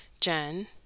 Jen